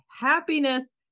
happiness